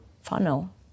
funnel